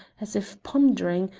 as if pondering,